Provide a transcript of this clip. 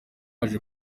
baje